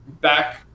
back